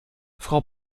frau